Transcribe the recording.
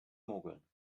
mogeln